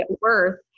worth